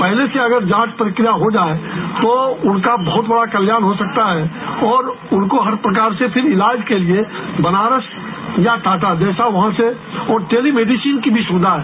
पहले से अगर जांच प्रक्रिया हो जाये तो उनका बहुत बड़ा कल्याण हो सकता है और उनको हर प्रकार से फिर इलाज के लिये बनारस या टाटा जैसा वहां से और टेलिमेडिसिन की भी सुविधा है